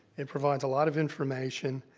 it provides a lot of information,